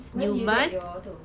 when you get your itu